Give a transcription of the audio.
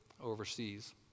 overseas